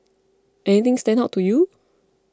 anything stand out to you